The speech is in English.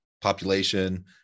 population